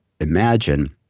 imagine